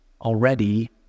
already